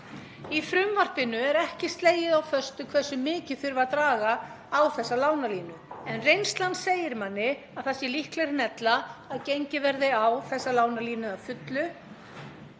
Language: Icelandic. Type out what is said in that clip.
Í frumvarpinu er því ekki slegið föstu hversu mikið þurfi að draga á þessa lánalínu en reynslan segir manni að það sé líklegra en ella að gengið verði á lánalínuna að fullu.